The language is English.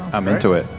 i'm into it.